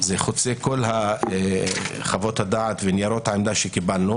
זה חוצה כל חוות הדעת וניירות העמדה שקיבלנו